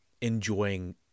enjoying